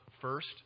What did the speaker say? first